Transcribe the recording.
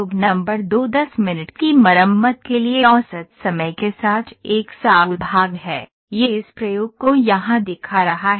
प्रयोग नंबर दो 10 मिनट की मरम्मत के लिए औसत समय के साथ 100 भाग है यह इस प्रयोग को यहां दिखा रहा है